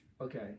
Okay